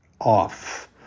off